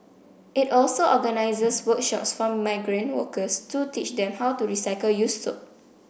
it also organises workshops for migrant workers to teach them how to recycle used soap